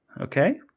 Okay